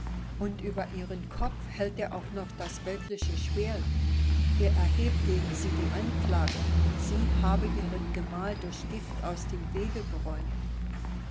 und über ihren kopf hält er auch noch das weltliche schwert er erhebt gegen sie die anklage sie habe ihren gemahl durch gift aus dem wege geräumt